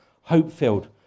hope-filled